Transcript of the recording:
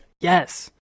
Yes